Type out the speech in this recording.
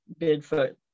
Bigfoot